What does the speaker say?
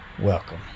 welcome